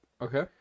Okay